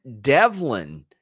Devlin